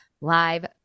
live